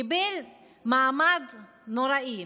קיבל מעמד נוראי,